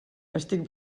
estic